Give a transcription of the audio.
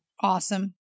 awesome